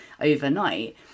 overnight